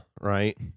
right